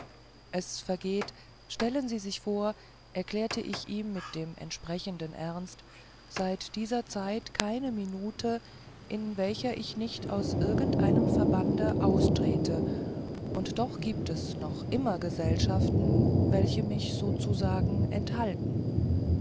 es vergeht stellen sie sich vor erklärte ich ihm mit dem entsprechenden ernst seit dieser zeit keine minute in welcher ich nicht aus irgend einem verbande austrete und doch giebt es noch immer gesellschaften welche mich sozusagen enthalten